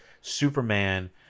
superman